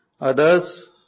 Others